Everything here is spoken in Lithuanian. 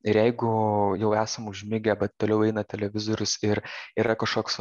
ir jeigu jau esam užmigę bet toliau eina televizorius ir yra kažkoks vat